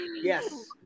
Yes